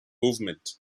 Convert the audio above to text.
movement